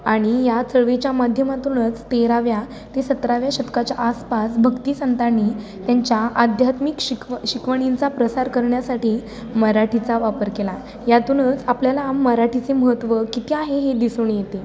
आणि या चळवळीच्या माध्यमातूनच तेराव्या ते सतराव्या शतकाच्या आसपास भक्ती संतांनी त्यांच्या आध्यात्मिक शिकव शिकवणींचा प्रसार करण्यासाठी मराठीचा वापर केला यातूनच आपल्याला मराठीचे महत्त्व किती आहे हे दिसून येते